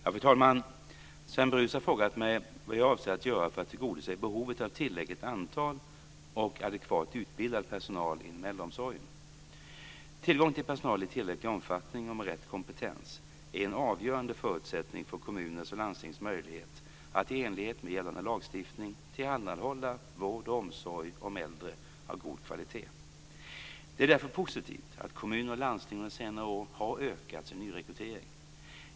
Fru talman! Sven Brus har frågat mig vad jag avser att göra för att tillgodose behovet av tillräckligt antal och adekvat utbildad personal inom äldreomsorgen. Tillgång till personal i tillräcklig omfattning och med rätt kompetens är en avgörande förutsättning för kommuners och landstings möjligheter att i enlighet med gällande lagstiftning tillhandahålla vård och omsorg om äldre av god kvalitet. Det är därför positivt att kommuner och landsting under senare år har ökat sin nyrekrytering.